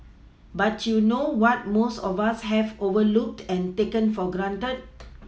but you know what most of us have overlooked and taken for granted